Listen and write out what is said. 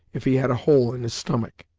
if he had a hole in his stomach.